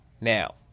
Now